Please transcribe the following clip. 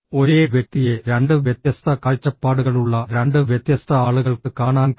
ഒരേ വ്യക്തിയെ രണ്ട് വ്യത്യസ്ത കാഴ്ചപ്പാടുകളുള്ള രണ്ട് വ്യത്യസ്ത ആളുകൾക്ക് കാണാൻ കഴിയും